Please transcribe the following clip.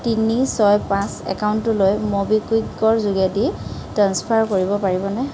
তিনি ছয় পাঁচ একাউণ্টটোলৈ ম'বিকুইকৰ যোগেদি ট্ৰেঞ্চফাৰ কৰিব পাৰিবনে